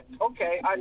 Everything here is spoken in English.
okay